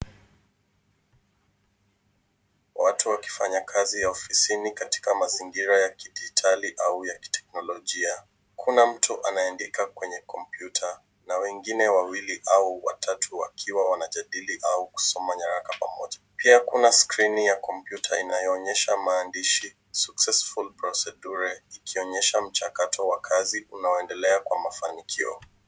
Watu wakifanya kazi ofisini katika mazingira ya kidigitali au ya kiteknolojia. Kuna mtu anayeandika kwenye kompyuta, na wengine wawili au watatu wakiwa wanajadili au kusoma nyaraka pamoja. Pia kuna skrini ya kompyuta inayo onyesha maandishi successful procedure , ikionyesha mchakato wa kazi unaoendelea kwa mafanikio.